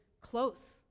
close